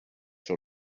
sur